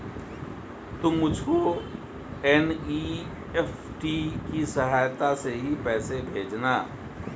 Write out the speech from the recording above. तुम मुझको एन.ई.एफ.टी की सहायता से ही पैसे भेजना